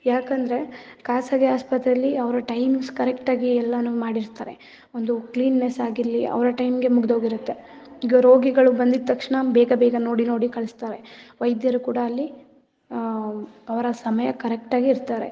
ಯಾಕಂದರೆ ಖಾಸಗಿ ಆಸ್ಪತ್ರೆಯಲ್ಲಿ ಅವರ ಟೈಮಿಂಗ್ಸ್ ಕರೆಕ್ಟಾಗಿ ಎಲ್ಲಾ ಮಾಡಿರ್ತಾರೆ ಒಂದು ಕ್ಲೀನ್ನೆಸ್ ಆಗಿರಲಿ ಅವರ ಟೈಮಿಗೆ ಮುಗಿದೋಗಿರುತ್ತೆ ರೋಗಿಗಳು ಬಂದಿದ್ದ ತಕ್ಷಣ ಬೇಗ ಬೇಗ ನೋಡಿ ನೋಡಿ ಕಳ್ಸ್ತಾರೆ ವೈದ್ಯರು ಕೂಡ ಅಲ್ಲಿ ಅವರ ಸಮಯ ಕರೆಕ್ಟಾಗಿ ಇರ್ತಾರೆ